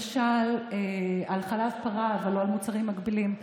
ולמשל, על חלב פרה אבל לא על מוצרים מקבילים.